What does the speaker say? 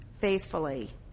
Faithfully